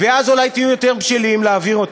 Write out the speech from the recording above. ואז אולי תהיו יותר בשלים להעביר אותו.